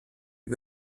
die